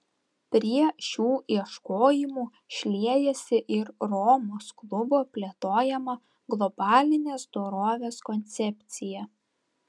prie šių ieškojimų šliejasi ir romos klubo plėtojama globalinės dorovės koncepcija